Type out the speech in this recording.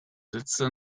letzte